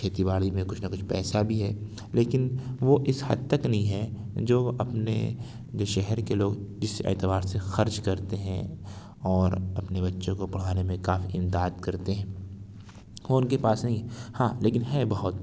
کھیتی باڑی میں کچھ نہ کچھ پیسہ بھی ہے لیکن وہ اس حد تک نہیں ہے جو اپنے جو شہر کے لوگ جس اعتبار سے خرچ کرتے ہیں اور اپنے بچوں کو پڑھانے میں کافی امداد کرتے ہیں وہ ان کے پاس نہیں ہاں لیکن ہے بہت